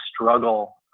struggle